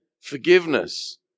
forgiveness